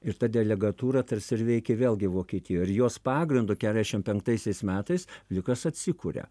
ir ta delegatūra tarsi ir veikė vėlgi vokietijoj ir jos pagrindu keturiasdešim penktaisiais metais vlikas atsikuria